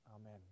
Amen